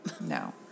No